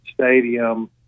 stadium